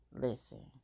Listen